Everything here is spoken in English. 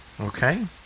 Okay